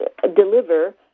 deliver